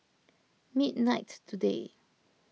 midnight today